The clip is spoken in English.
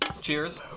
Cheers